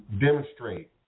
demonstrate